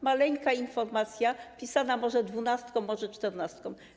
Maleńka informacja, pisana może dwunastką, może czternastką.